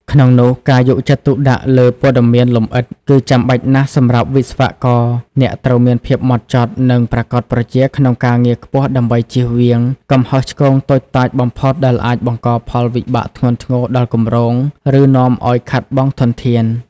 ក្នុងនោះការយកចិត្តទុកដាក់លើព័ត៌មានលម្អិត គឺចាំបាច់ណាស់សម្រាប់វិស្វករអ្នកត្រូវមានភាពម៉ត់ចត់ និងប្រាកដប្រជាក្នុងការងារខ្ពស់ដើម្បីជៀសវាងកំហុសឆ្គងតូចតាចបំផុតដែលអាចបង្កផលវិបាកធ្ងន់ធ្ងរដល់គម្រោង ឬនាំឱ្យខាតបង់ធនធាន។